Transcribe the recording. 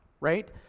right